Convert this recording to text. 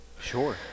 Sure